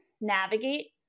navigate